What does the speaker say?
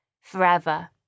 forever